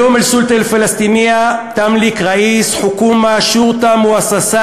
(אומר דברים בשפה הערבית, להלן תרגומם: